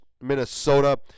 Minnesota